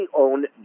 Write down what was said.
own